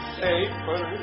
safer